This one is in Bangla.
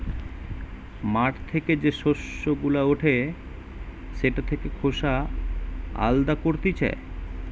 মাঠ থেকে যে শস্য গুলা উঠে সেটা থেকে খোসা আলদা করতিছে